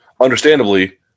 Understandably